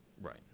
Right